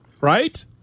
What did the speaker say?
right